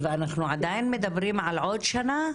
ואנחנו עדיין מדברים על עוד שנה?